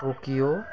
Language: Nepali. टोकियो